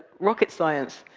rocket science.